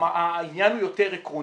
העניין הוא יותר עקרוני.